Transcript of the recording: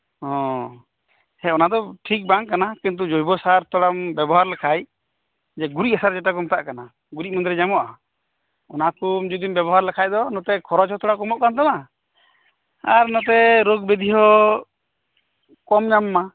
ᱳ ᱦᱮᱸ ᱚᱱᱟᱫᱚ ᱴᱷᱤᱠ ᱵᱟᱝᱠᱟᱱᱟ ᱠᱤᱱᱛᱩ ᱡᱚᱭᱵᱚᱥᱟᱨ ᱛᱷᱚᱲᱟᱢ ᱵᱮᱵᱚᱦᱟᱨ ᱞᱮᱠᱷᱟᱡ ᱜᱩᱨᱤᱡ ᱦᱟᱥᱟ ᱡᱮᱴᱟᱠᱩ ᱢᱮᱛᱟᱜ ᱠᱟᱱᱟ ᱜᱩᱨᱤᱡ ᱢᱟᱫᱮᱸᱨᱮ ᱧᱟᱢᱚᱜ ᱟ ᱚᱱᱟᱠᱩ ᱡᱚᱫᱤᱢ ᱵᱮᱵᱚᱦᱟᱨ ᱞᱮᱠᱷᱟᱡ ᱫᱚ ᱱᱚᱛᱮ ᱠᱷᱚᱨᱚᱡ ᱦᱚ ᱛᱷᱚᱲᱟ ᱠᱚᱢᱚᱜ ᱠᱟᱱᱛᱟᱢᱟ ᱟᱨ ᱱᱚᱛᱮ ᱨᱚᱜᱵᱮᱫᱷᱤ ᱦᱚᱸ ᱠᱚᱢᱧᱟᱢ ᱟᱢᱟ